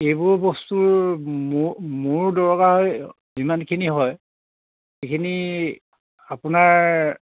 এইবোৰ বস্তুৰ মোৰ দৰকাৰ হয় যিমানখিনি হয় সেইখিনি আপোনাৰ